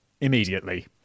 immediately